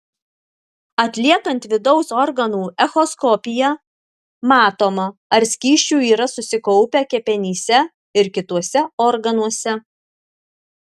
atliekant vidaus organų echoskopiją matoma ar skysčių yra susikaupę kepenyse ir kituose organuose